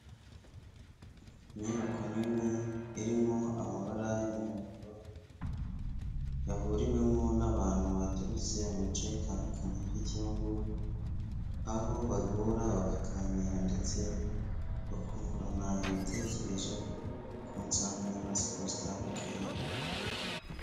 Inyubako nini irimo amabara y'umuhondo yahuriwemo n'abantu baturutse mu bice bitandukanye, by'igihugu aho bahura bakaganira ndetse bakungurana ibitekerezo ku nsanganyamatsiko zitandukanye.